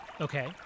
Okay